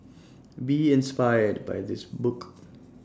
be inspired by this book